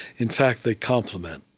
in fact, they complement